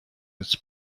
its